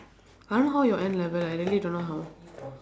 I don't know how your N level eh I really don't know how